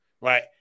right